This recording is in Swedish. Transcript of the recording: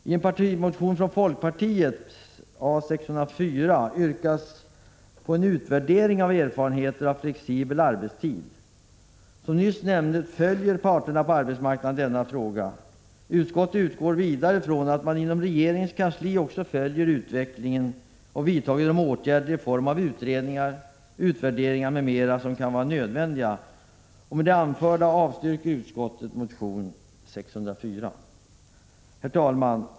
I en partimotion från folkpartiet, 1985/86:A604, yrkas på en utvärdering av erfarenheter av flexibel arbetstid. Som nyss nämnts följer parterna på arbetsmarknaden denna fråga. Utskottet utgår vidare från att man inom regeringens kansli också följer utvecklingen och vidtager de åtgärder i form av utredningar, utvärderingar m.m. som kan bli nödvändiga. Herr talman!